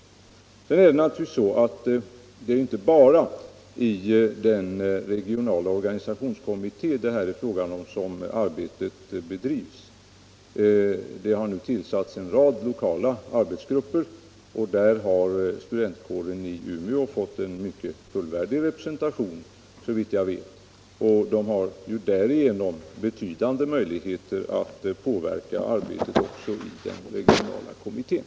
Det är ju inte bara i den regionala organisationskommitté det här är fråga om som arbetet bedrivs. En rad lokala arbetsgrupper har nu tillsatts, där studentkåren i Umeå, såvitt jag vet, fått en fullvärdig representation och därigenom också erhållit betydande möjligheter att påverka arbetet i den regionala kommittén.